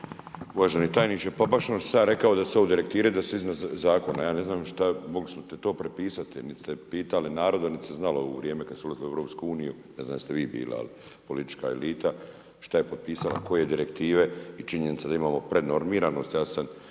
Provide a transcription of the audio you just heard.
Uvaženi tajniče. Pa baš ono što sam ja rekao da su ovo direktive da su iznad zakona, ja ne znam mogli smo to prepisati, niti ste pitali naroda niti se znalo kada se ulazilo u EU, ne znam jeste vi bili ali politička elita šta je potpisala, koje direktive. I činjenica da imamo prenormiranost,